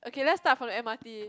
okay let's start from the m_r_t